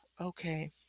okay